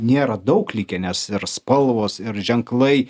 nėra daug likę nes ir spalvos ir ženklai